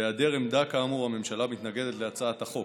בהיעדר עמדה כאמור הממשלה מתנגדת להצעת החוק.